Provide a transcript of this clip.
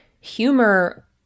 humor